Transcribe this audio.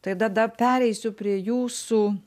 tai tada pereisiu prie jūsų